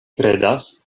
kredas